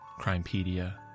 Crimepedia